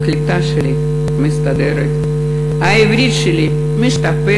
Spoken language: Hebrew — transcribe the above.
// הקליטה שלי מסתדרת / העברית שלי משתפרת